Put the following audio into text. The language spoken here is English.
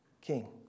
king